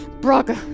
Braga